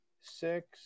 Six